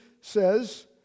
says